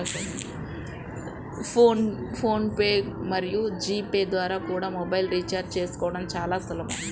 phone pay మరియు G pay ద్వారా కూడా మొబైల్ రీఛార్జి చేసుకోవడం చాలా సులభం